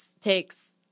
takes